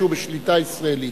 שהוא בשליטה ישראלית.